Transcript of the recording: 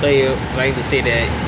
so you trying to say that